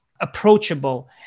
approachable